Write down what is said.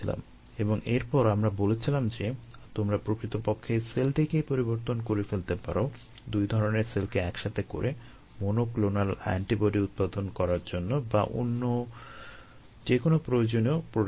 এবং এরপর আমরা বলেছিলাম যে তোমরা প্রকৃতপক্ষে সেলটিকেই পরিবর্তন করে ফেলতে পারো দুই ধরনের সেলকে একসাথে করে মনোক্লোনাল এন্টিবডি উৎপাদন করার জন্য বা অন্যান্য যেকোনো প্রয়োজনীয় প্রোডাক্টের জন্য